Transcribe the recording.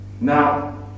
Now